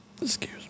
excuse